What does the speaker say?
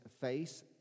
face